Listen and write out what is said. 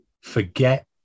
forget